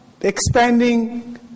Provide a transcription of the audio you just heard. Expanding